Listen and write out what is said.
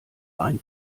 ein